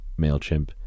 MailChimp